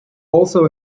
also